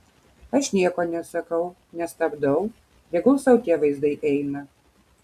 aš nieko nesakau nestabdau tegul sau tie vaizdai eina